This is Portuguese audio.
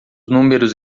números